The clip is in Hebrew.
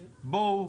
בואו,